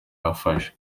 yafashe